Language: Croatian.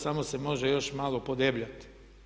Samo se može još malo podebljati.